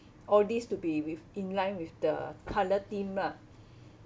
all these to be with in line with the color theme lah